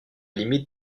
limite